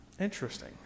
Interesting